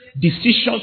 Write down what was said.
decisions